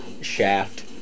shaft